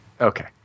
okay